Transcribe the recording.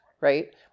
right